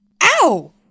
Ow